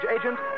agent